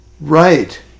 Right